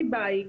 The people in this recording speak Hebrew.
אני,